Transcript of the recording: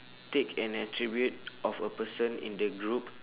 take an attribute of a person in the group